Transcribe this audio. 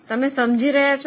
તમે સમજી રહિયા છો